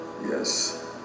Yes